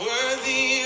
Worthy